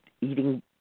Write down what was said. eating